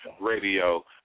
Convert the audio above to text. Radio